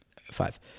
five